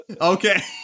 okay